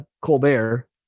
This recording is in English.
Colbert